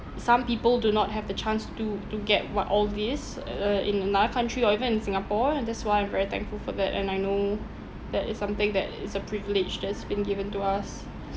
some people do not have the chance to to get what all these uh uh in another country or even in singapore and that's why I'm very thankful for that and I know that it's something that is a privilege that has been given to us